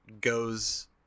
goes